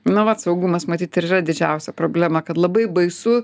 na vat saugumas matyt ir yra didžiausia problema kad labai baisu